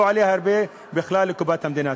גם לא עולה הרבה לקופת המדינה.